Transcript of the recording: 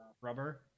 rubber